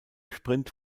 sprint